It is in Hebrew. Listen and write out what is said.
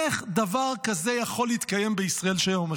איך דבר כזה יכול להתקיים בישראל של היום?